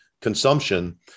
consumption